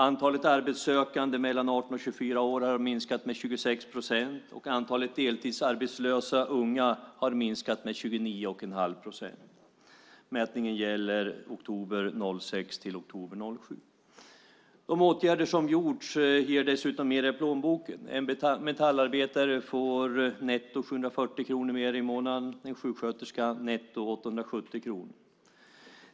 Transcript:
Antalet arbetssökande i åldern 18-24 år har minskat med 26 procent, och antalet deltidsarbetslösa unga har minskat med 29 1⁄2 procent. Mätningen gäller oktober 2006 till oktober 2007. De åtgärder som gjorts ger dessutom mer i plånboken. En metallarbetare får netto 740 kronor mer i månaden, och en sjuksköterska netto 870 kronor.